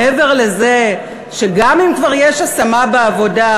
מעבר לזה שגם אם כבר יש השמה בעבודה,